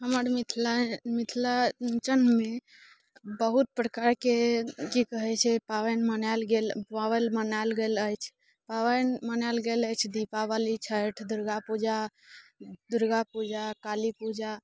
हमर मिथिला मिथिलाञ्चलमे बहुत प्रकारके की कहैत छै पाबनि मनायल गेल पाबनि मनायल गेल अछि पाबनि मनायल गेल अछि दीपावली छठि दुर्गा पूजा दुर्गा पूजा काली पूजा